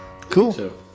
Cool